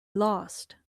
lost